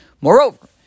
Moreover